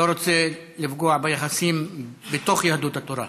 אני לא רוצה לפגוע ביחסים בתוך יהדות התורה.